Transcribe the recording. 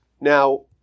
Now